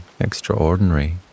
extraordinary